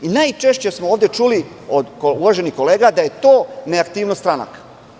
Najčešće smo ovde čuli od uvaženih kolega da je to neaktivnost stranaka.